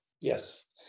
Yes